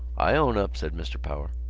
i own up, said mr. power.